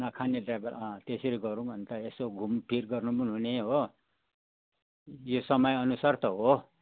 नखाने ड्राइभर अँ त्यसरी गरौँ अन्त यसो घुमफिर गर्नु पनि हुने हो यो समयअनुसार त हो